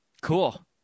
Cool